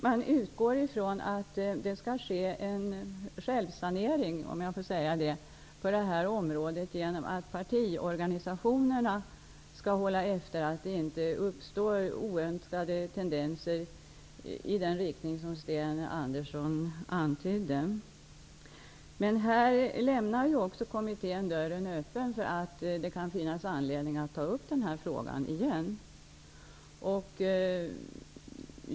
Man utgår ifrån att det skall ske en självsanering på det här området på så sätt att partiorganisationerna skall kontrollera att det inte uppstår oönskade tendenser i den riktning som Sten Andersson antydde. Kommittén lämnar ändå dörren öppen för att det kan finnas anledning att ta upp den här frågan igen.